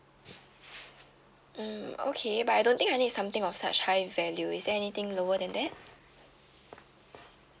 mm okay but I don't think I need something of such high value is there anything lower than that